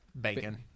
Bacon